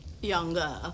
younger